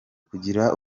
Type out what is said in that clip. kugira